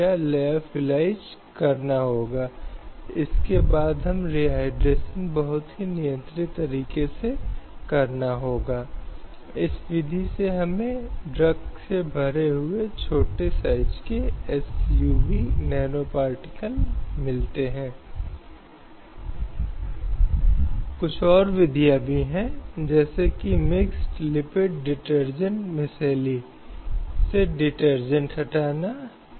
slide समय देखें 0834 इसलिए विभिन्न प्रावधानों के माध्यम से विभिन्न संवैधानिक गारंटी के माध्यम से संविधान ने महिलाओं के अधिकारों को बनाए रखने की कोशिश की है और इस संबंध में एक लेख जो महिलाओं के सम्मान के साथ जीने के अधिकार के मुद्दे पर अभिन्न है भारतीय संविधान का अनुच्छेद 21 है